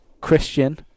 Christian